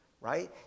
right